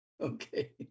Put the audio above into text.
okay